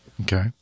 Okay